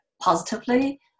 positively